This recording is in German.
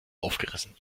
aufgerissen